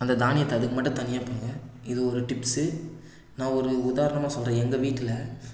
அந்த தானியத்தை அதுக்கு மட்டும் தனியாக போடுங்க இது ஒரு டிப்ஸ்ஸு நான் ஒரு உதாரணமாக சொல்கிறேன் எங்கள் வீட்டில்